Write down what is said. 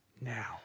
Now